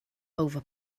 over